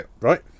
right